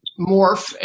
morph